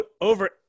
over